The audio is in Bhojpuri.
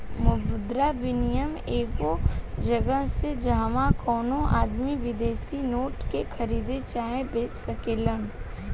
मुद्रा विनियम एगो जगह ह जाहवा कवनो आदमी विदेशी नोट के खरीद चाहे बेच सकेलेन